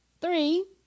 three